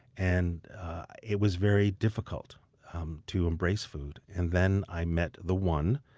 and it was very difficult um to embrace food. and then i met the one,